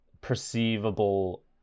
perceivable